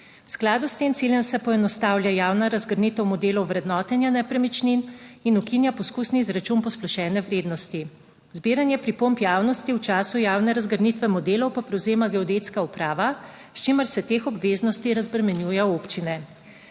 V skladu s tem ciljem se poenostavlja javna razgrnitev modelov vrednotenja nepremičnin in ukinja poskusni izračun posplošene vrednosti. Zbiranje pripomb javnosti v času javne razgrnitve modelov pa prevzema geodetska uprava, s čimer se teh obveznosti razbremenjuje občine.